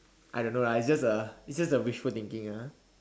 I don't know lah it's just a it's just a wishful thinking ah